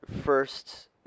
first